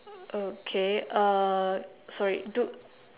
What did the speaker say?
okay uh sorry do